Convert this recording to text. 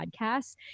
podcasts